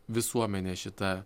visuomenė šita